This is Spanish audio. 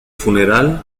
funeral